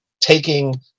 taking